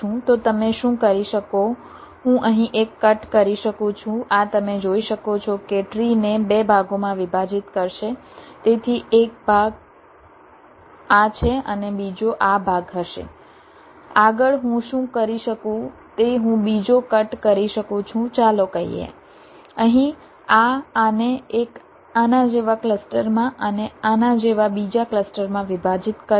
તો તમે શું કરી શકો હું અહીં એક કટ કરી શકું છું આ તમે જોઈ શકો છો કે ટ્રી ને 2 ભાગોમાં વિભાજિત કરશે તેથી એક આ ભાગ છે અને બીજો આ ભાગ હશે આગળ હું શું કરી શકું તે હું બીજો કટ કરી શકું છું ચાલો કહીએ અહીં આ આને એક આના જેવા ક્લસ્ટરમાં અને આના જેવા બીજા ક્લસ્ટરમાં વિભાજીત કરશે